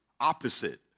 opposite